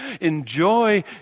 enjoy